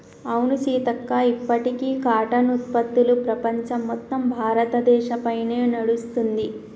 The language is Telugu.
అవును సీతక్క ఇప్పటికీ కాటన్ ఉత్పత్తులు ప్రపంచం మొత్తం భారతదేశ పైనే నడుస్తుంది